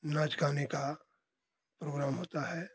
नाच गाने का प्रोग्राम होता है